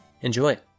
Enjoy